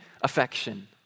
affection